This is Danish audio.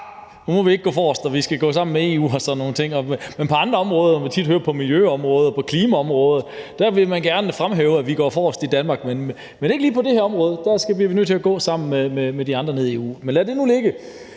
nu må vi ikke gå forrest, vi skal gå sammen med EU og sådan nogle ting. Men på andre områder, f.eks. på miljøområdet og på klimaområdet, vil man gerne fremhæve, at vi går forrest i Danmark; men ikke lige på det her område, der bliver vi nødt til at gå sammen med de andre nede i EU. Men lad nu det ligge.